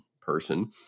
person